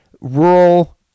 rural